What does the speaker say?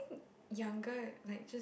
younger like just